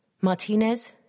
Martinez